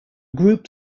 group